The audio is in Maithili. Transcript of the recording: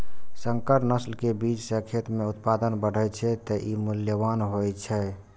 संकर नस्ल के बीज सं खेत मे उत्पादन बढ़ै छै, तें ई मूल्यवान होइ छै